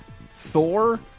Thor